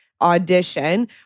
audition